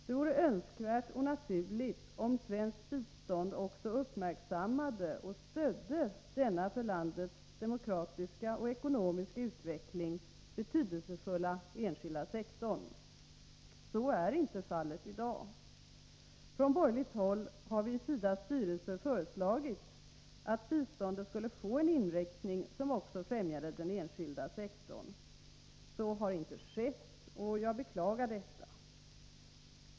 Det vore önskvärt och naturligt att svenskt bistånd också uppmärksammade och stödde denna för landets demokratiska och ekonomiska utveckling betydelsefulla enskilda sektor. Så är inte fallet i dag. Från borgerligt håll har vi i SIDA:s styrelse föreslagit att biståndet skulle få en inriktning som också främjade den enskilda sektorn. Så har inte skett. Jag beklagar detta.